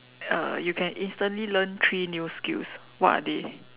uh you can instantly learn three new skills what are they